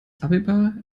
abeba